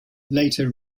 later